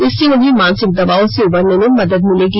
इससे उन्हें मानसिक दबाव से उबरने में मदद मिलेगी